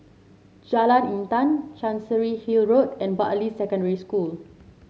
Jalan Intan Chancery Hill Road and Bartley Secondary School